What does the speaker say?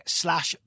slash